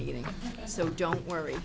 meeting so don't worry